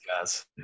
guys